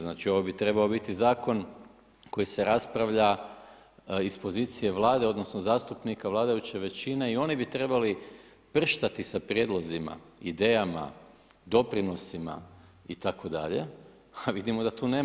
Znači, ovo bi trebao biti zakon koji se raspravlja iz pozicije Vlade, odnosno zastupnika vladajuće većine i oni bi trebali prštati sa prijedlozima, idejama, doprinosima itd. a vidimo da tu nema.